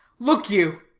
look you!